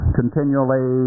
continually